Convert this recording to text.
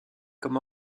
comme